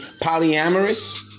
polyamorous